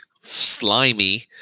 slimy